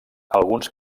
alguns